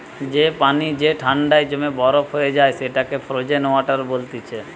যে পানি যে ঠান্ডায় জমে বরফ হয়ে যায় সেটাকে ফ্রোজেন ওয়াটার বলতিছে